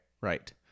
Right